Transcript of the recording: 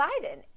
Biden